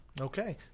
okay